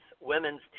women's